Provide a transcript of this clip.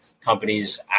companies